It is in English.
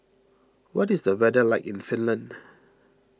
what is the weather like in Finland